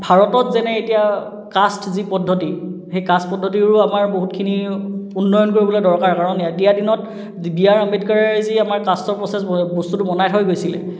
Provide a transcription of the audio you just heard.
ভাৰতত যেনে এতিয়া কাষ্ট যি পদ্ধতি সেই কাষ্ট পদ্ধতিৰো আমাৰ বহুতখিনি উন্নয়ন কৰিবলৈ দৰকাৰ কাৰণ এতিয়াৰ দিনত বি আৰ আম্বেডকাৰে যি আমাৰ কাষ্টৰ প্ৰচেছ বস্তুটো বনাই থৈ গৈছিলে